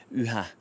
yhä